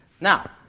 Now